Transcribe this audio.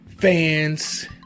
Fans